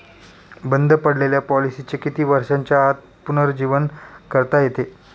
बंद पडलेल्या पॉलिसीचे किती वर्षांच्या आत पुनरुज्जीवन करता येते?